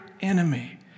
enemy